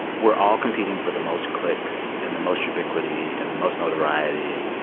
we're all competing for the most clicks and the most ubiquity and the most notoriety.